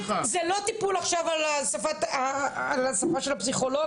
זה לא טיפול עכשיו על הספה של הפסיכולוג